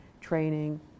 training